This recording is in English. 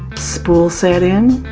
spool set in,